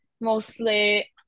mostly